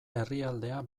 herrialdea